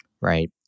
right